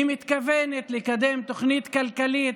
היא מתכוונת לקדם תוכנית כלכלית